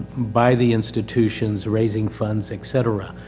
by the institutions, raising funds, etcetera.